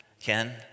Ken